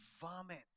vomit